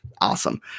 Awesome